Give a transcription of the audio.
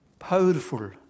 powerful